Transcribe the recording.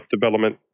development